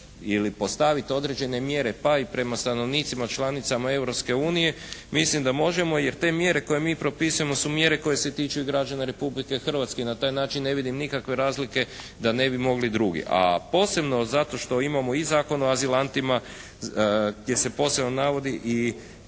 ili postaviti određene mjere pa i prema stanovnicima članica Europske unije, mislim da možemo jer te mjere koje mi propisujemo su mjere koje se tiču i građana Republike Hrvatske. I na taj način ne vidim nikakve razlike da ne bi mogli drugi. A posebno zato što imamo i Zakon o azilantima gdje se posebno navodi i